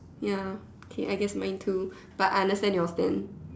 ya okay I guess mine too but I understand your stand